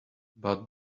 but